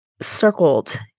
circled